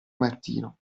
martino